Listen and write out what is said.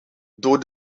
door